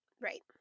Right